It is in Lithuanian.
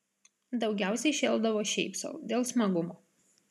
daugiausiai šėldavo šiaip sau dėl smagumo